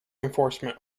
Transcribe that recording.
enforcement